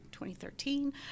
2013